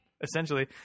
essentially